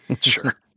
Sure